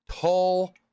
tall